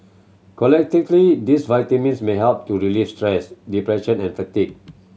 collectively these vitamins may help to relieve stress depression and fatigue